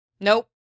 Nope